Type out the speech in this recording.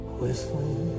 whistling